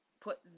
put